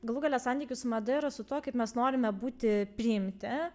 galų gale santykis su mada yra su tuo kaip mes norime būti priimti